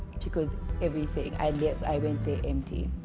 because everything i live i went there empty